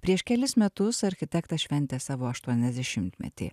prieš kelis metus architektas šventė savo aštuoniasdešimtmetį